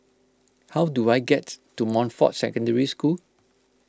how do I get to Montfort Secondary School